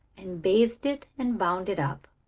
and bathed it and bound it up.